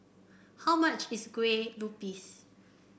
how much is Kueh Lupis